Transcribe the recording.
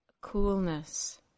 coolness